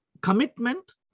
commitment